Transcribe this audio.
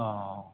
अ